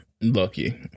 Lucky